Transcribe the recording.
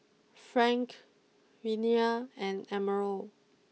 Frank Renea and Emerald